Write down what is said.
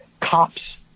cops